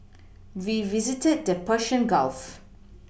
we visited the Persian Gulf